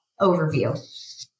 overview